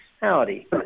Howdy